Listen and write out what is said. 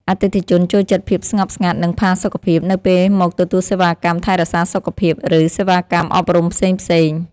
អតិថិជនចូលចិត្តភាពស្ងប់ស្ងាត់ និងផាសុកភាពនៅពេលមកទទួលសេវាកម្មថែរក្សាសុខភាព ឬសេវាកម្មអប់រំផ្សេងៗ។